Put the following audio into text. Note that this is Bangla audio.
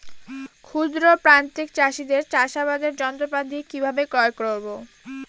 ক্ষুদ্র প্রান্তিক চাষীদের চাষাবাদের যন্ত্রপাতি কিভাবে ক্রয় করব?